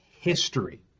history